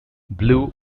blue